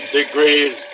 degrees